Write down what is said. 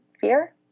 fear